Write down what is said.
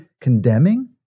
condemning